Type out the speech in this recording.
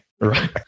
Right